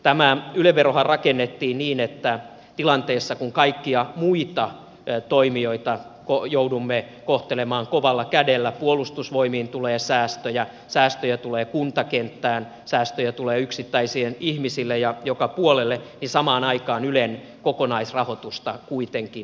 tämä yle verohan rakennettiin niin että tilanteessa jossa kaikkia muita toimijoita joudumme kohtelemaan kovalla kädellä puolustusvoimiin tulee säästöjä säästöjä tulee kuntakenttään säästöjä tulee yksittäisille ihmisille ja joka puolelle samaan aikaan ylen kokonaisrahoitusta kuitenkin lisätään